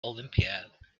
olympiad